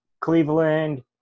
Cleveland